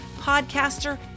podcaster